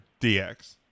DX